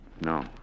no